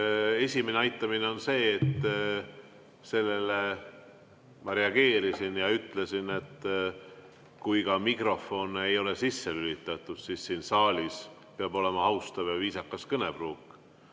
Esimene aitamine on see, et sellele ma reageerisin ja ütlesin, et kui ka mikrofon ei ole sisse lülitatud, siin saalis peab olema austav ja viisakas kõnepruuk.